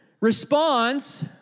responds